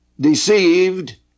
deceived